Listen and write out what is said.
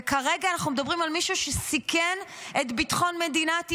וכרגע אנחנו מדברים על מישהו שסיכן את ביטחון מדינת ישראל,